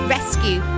Rescue